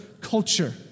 culture